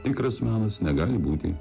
tikras menas negali būti